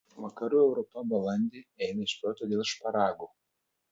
vakarų europa balandį eina iš proto dėl šparagų